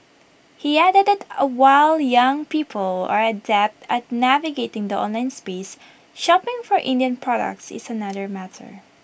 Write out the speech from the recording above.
he added that ah while young people are adept at navigating the online space shopping for Indian products is another matter